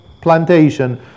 plantation